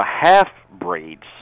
half-breeds